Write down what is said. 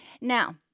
Now